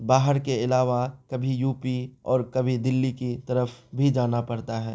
باہر کے علاوہ کبھی یو پی اور کبھی دلی کی طرف بھی جانا پڑتا ہے